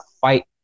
fight